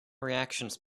reactions